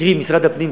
קרי משרד הפנים,